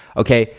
okay?